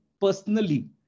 personally